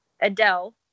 Adele